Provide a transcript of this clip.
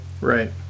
Right